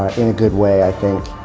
in a good way, i think.